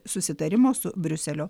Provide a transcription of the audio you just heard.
susitarimo su briuseliu